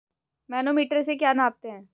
Manometer से क्या नापते हैं?